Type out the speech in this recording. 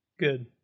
Good